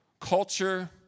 culture